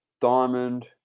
Diamond